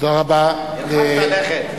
הרחקת לכת.